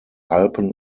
alpen